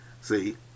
See